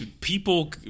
people